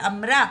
ואמרה,